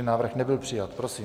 Návrh nebyl přijat. Prosím.